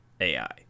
AI